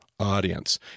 audience